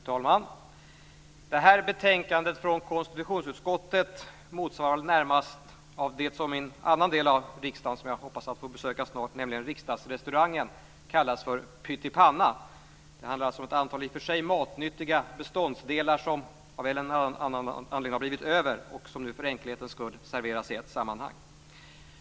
Fru talman! Detta betänkande från konstitutionsutskottet motsvarar väl närmast av det som i en annan del av riksdagen, nämligen riksdagsrestaurangen, som jag snart hoppas att få besöka, kallas för pytt i panna. Det handlar alltså om ett antal i och för sig matnyttiga beståndsdelar som av en eller annan anledning blivit över och som nu för enkelhets skull serveras i ett sammanhang.